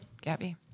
Gabby